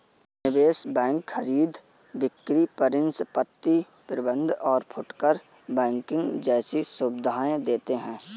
निवेश बैंक खरीद बिक्री परिसंपत्ति प्रबंध और फुटकर बैंकिंग जैसी सुविधायें देते हैं